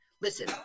Listen